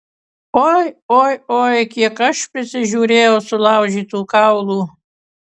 oi oi oi kiek aš prisižiūrėjau sulaužytų kaulų